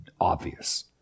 obvious